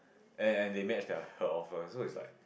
and and they match their her offer so is like